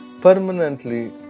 permanently